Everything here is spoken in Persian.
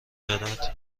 دارد